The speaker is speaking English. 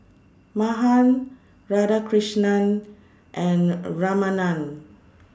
Mahan Radhakrishnan and Ramanand